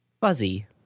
Fuzzy